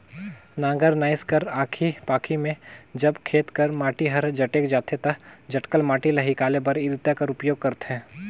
नांगर नाएस कर आखी पाखी मे जब खेत कर माटी हर जटेक जाथे ता जटकल माटी ल हिकाले बर इरता कर उपियोग करथे